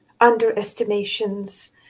underestimations